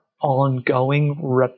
ongoing